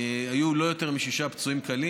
היו לא יותר משישה פצועים קל.